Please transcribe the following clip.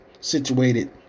situated